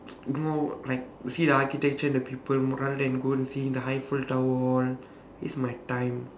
you know like see the architecture the people rather than go and see the eiffel tower all waste my time